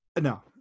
no